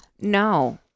No